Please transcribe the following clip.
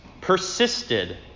persisted